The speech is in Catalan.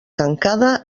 tancada